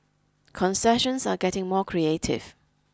concessions are getting more creative